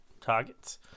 targets